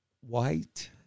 white